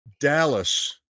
Dallas